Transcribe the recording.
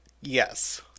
yes